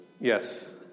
yes